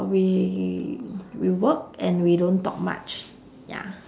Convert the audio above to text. we we work and we don't talk much ya